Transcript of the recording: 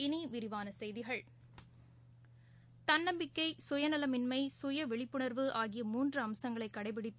இனிவிரிவானசெய்திகள் தன்னம்பிக்கை சுயநலமின்ம சுயவிழிப்புணர்வு ஆகிய மூன்றுஅம்சங்களைகடைபிடித்து